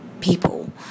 people